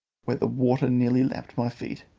where the water nearly lapped my feet,